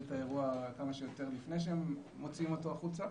את האירוע כמה שיותר לפני שהם מוציאים אותו החוצה.